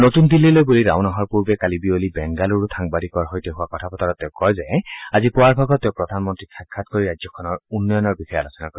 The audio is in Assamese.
নতুন দিল্লীলৈ ৰাওনা হোৱাৰ পূৰ্বে কালি বিয়লি বেংগালুৰত সাংবাদিক সৈতে হোৱা কথা বতৰাত শ্ৰীয়েডিয়ুৰাপ্পাই কয় যে আজি পুৱাৰ ভাগত তেওঁ প্ৰধানমন্ত্ৰীক সাক্ষাৎ কৰি ৰাজ্যখনৰ উন্নয়নৰ বিষয়ে আলোচনা কৰিব